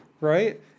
Right